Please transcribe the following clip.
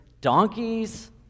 Donkeys